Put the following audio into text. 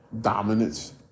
Dominance